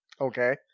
Okay